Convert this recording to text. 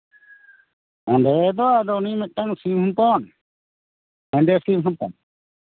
ᱚᱸᱰᱮ ᱫᱚ ᱟᱫᱚ ᱩᱱᱤ ᱢᱤᱫᱴᱟᱱ ᱥᱤᱢ ᱦᱚᱯᱚᱱ ᱦᱮᱸᱫᱮ ᱥᱤᱢ ᱦᱚᱯᱚᱱ